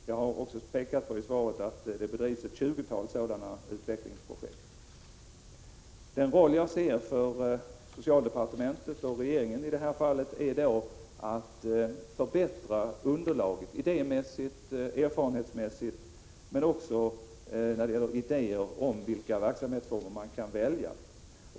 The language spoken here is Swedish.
Jag har i svaret pekat på att det finns ett tjugotal sådana utvecklingsprojekt. Den roll som socialdepartementet och regeringen i detta fall bör ha är att förbättra underlaget idémässigt, erfarenhetsmässigt men också när det gäller förslag om verksamhetsformer.